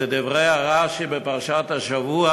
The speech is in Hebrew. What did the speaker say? אז אלה דברי רש"י בפרשת השבוע: